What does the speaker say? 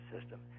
system